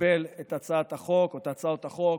לקבל את הצעת החוק, או את הצעות החוק,